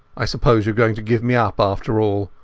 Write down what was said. ai suppose youare going to give me up after all,